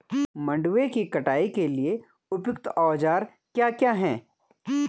मंडवे की कटाई के लिए उपयुक्त औज़ार क्या क्या हैं?